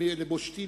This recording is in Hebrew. לבושתי,